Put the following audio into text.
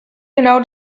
genau